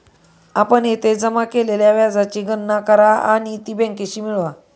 आपण येथे जमा केलेल्या व्याजाची गणना करा आणि ती बँकेशी मिळवा